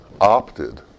opted